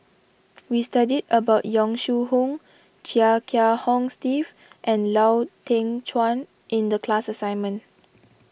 we studied about Yong Shu Hoong Chia Kiah Hong Steve and Lau Teng Chuan in the class assignment